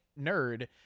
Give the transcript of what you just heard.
nerd